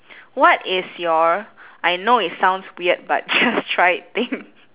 what is your I know it sounds weird but just try it thing